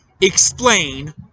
explain